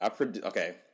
okay